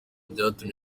byatumye